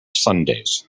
sundays